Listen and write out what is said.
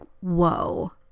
whoa